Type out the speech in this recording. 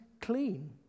clean